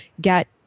get